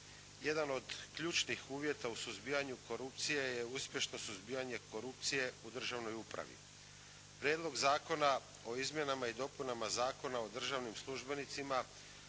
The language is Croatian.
Jedan od ključnih uvjeta u suzbijanju korupcije je uspješno suzbijanje korupcije u državnoj upravi. Prijedlog zakona o izmjenama i dopunama Zakona o državnim službenicima